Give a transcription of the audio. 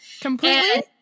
completely